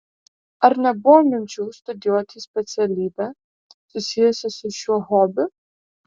ar nebuvo minčių studijuoti specialybę susijusią su šiuo hobiu